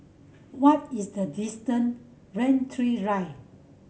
what is the distance Rain Tree Drive